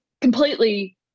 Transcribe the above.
completely